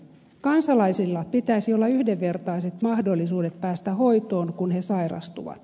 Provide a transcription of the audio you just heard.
kansalaisilla pitäisi olla yhdenvertaiset mahdollisuudet päästä hoitoon kun he sairastuvat